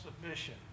submission